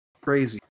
Crazy